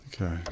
Okay